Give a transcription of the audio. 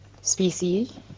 species